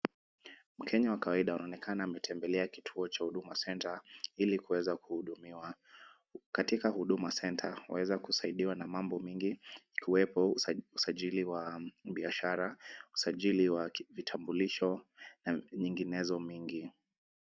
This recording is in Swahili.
Mkenya wa kawaida anaonekana ametembelea kituo cha Huduma Centre ili kuweza kuhudumiwa. Katika Huduma Centre, waweza kusaidiwa na mambo mengi ikiwepo usajili wa biashara, usajili wa vitambulisho na nyinginezo mingi.